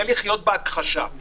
זה לחיות בהכחשה,